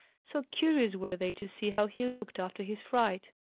so curious were they to see how he looked, after his fright.